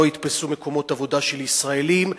לא יתפסו מקומות עבודה של ישראלים,